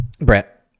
Brett